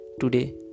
Today